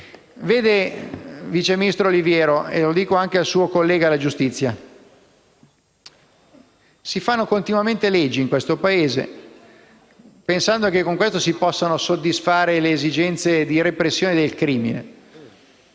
Vede, vice ministro Olivero, e lo dico anche al suo collega del Ministero della giustizia, si fanno continuamente leggi in questo Paese pensando che così si possano soddisfare le esigenze di repressione del crimine.